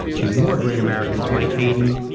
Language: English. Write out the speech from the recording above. two more great americans, mike hayden,